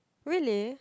really